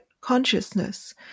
consciousness